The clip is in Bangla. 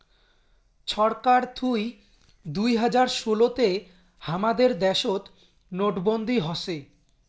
ছরকার থুই দুই হাজার ষোলো তে হামাদের দ্যাশোত নোটবন্দি হসে